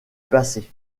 passer